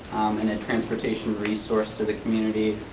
and a transportation resource to the community,